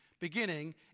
beginning